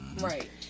Right